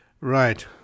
Right